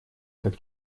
как